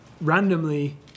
randomly